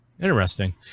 Interesting